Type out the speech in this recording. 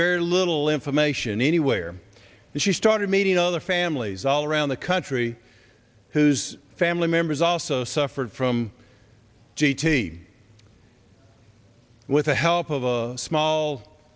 very little information anywhere and she started meeting other families all around the country whose family members also suffered from g t with the help of a small